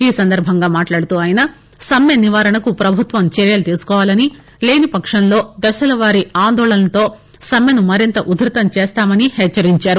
ఈ సందర్బంగా ఆయన మాట్లాడుతూ సమ్మె నివారణకు ప్రభుత్వం చర్యలు తీసుకోవాలని లేనిపక్షంలో దశలవారీ ఆందోళనలతో సమ్మెను మరింత ఉధృతం చేస్తామని హెచ్చరించారు